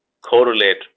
correlate